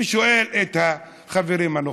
ושואל את החברים הנוכחים: